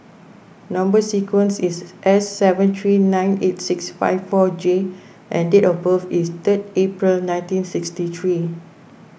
Number Sequence is S seven three nine eight six five four J and date of birth is third April nineteen sixty three